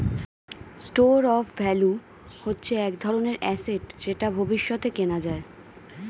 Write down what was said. store of value হচ্ছে এক ধরনের অ্যাসেট যেটা ভবিষ্যতে কেনা যায়